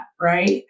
Right